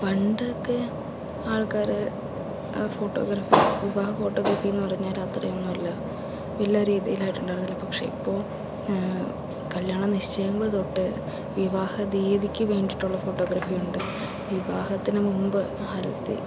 പണ്ടൊക്കെ ആൾക്കാർ ഫോട്ടോഗ്രാഫി വിവാഹ ഫോട്ടോഗ്രാഫിയെന്നു പറഞ്ഞാൽ അത്രയൊന്നും ഇല്ല വലിയ രീതിയിൽ ആയിട്ടുണ്ടായിരുന്നില്ല പക്ഷെ ഇപ്പോൾ കല്യാണ നിശ്ചയങ്ങൾ തൊട്ട് വിവാഹ തീയതിക്ക് വേണ്ടിയിട്ടുള്ള ഫോട്ടോഗ്രാഫി ഉണ്ട് വിവാഹത്തിന് മുമ്പ്